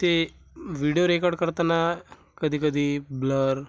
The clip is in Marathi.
ते व्हिडिओ रेकॉर्ड करताना कधीकधी ब्लर